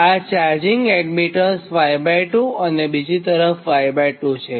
આ charging admittance Y2 અને બીજી તરફ Y2 છે